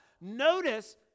Notice